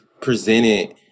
presented